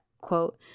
quote